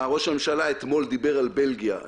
ראש הממשלה אתמול דיבר על בלגיה.